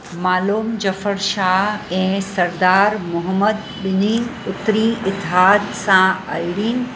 मालोम जफ़र शाह ऐं सरदार मोहमद बि॒न्ही उतरी इतहादु सां आहिनि